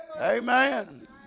Amen